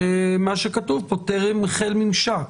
שמה שכתוב פה זה "טרם החל ממשק".